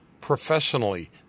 Professionally